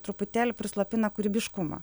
truputėlį prislopina kūrybiškumą